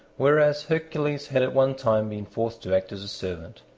whereas hercules had at one time been forced to act as a servant.